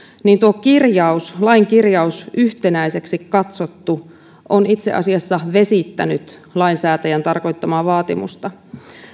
niin tuo kirjaus lain kirjaus yhtenäiseksi katsottu on itse asiassa vesittänyt lainsäätäjän tarkoittamaa vaatimusta